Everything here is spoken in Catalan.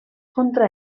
contra